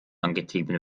angetrieben